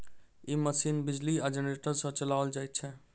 ई machine बिजली आ generator सॅ चलाओल जाइत छै